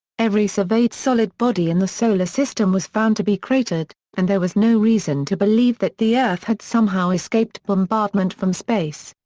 every surveyed solid body in the solar system was found to be cratered, and there was no reason to believe that the earth had somehow escaped bombardment from space.